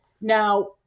Now